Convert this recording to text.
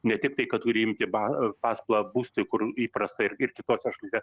ne tiktai kad turi imti ba paskolą būstui kur įprasta ir ir kitose šalyse